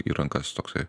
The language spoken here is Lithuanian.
į rankas toksai